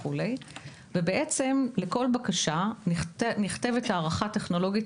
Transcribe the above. ובעצם לכל בקשה נכתבת הערכה טכנולוגית